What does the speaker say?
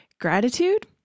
gratitude